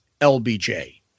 LBJ